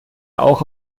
auch